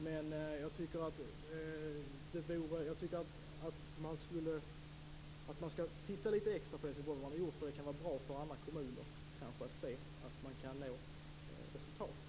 Men jag tycker att man skall titta lite extra på vad man har gjort i Helsingborg, eftersom det kanske kan vara bra för andra kommuner att se att man kan nå resultat.